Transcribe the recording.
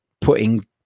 putting